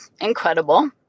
incredible